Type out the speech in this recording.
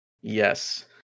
Yes